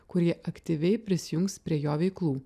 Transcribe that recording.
kurie aktyviai prisijungs prie jo veiklų